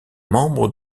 membre